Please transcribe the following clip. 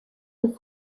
een